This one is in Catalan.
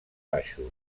baixos